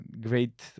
great